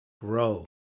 grow